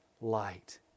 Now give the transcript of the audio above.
light